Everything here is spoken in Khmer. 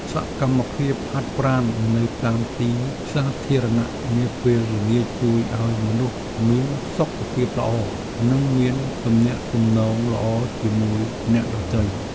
សកម្មភាពហាត់ប្រាណនៅតាមទីសាធារណៈនាពេលល្ងាចជួយឱ្យមនុស្សមានសុខភាពល្អ និងមានទំនាក់ទំនងល្អជាមួយអ្នកដទៃ។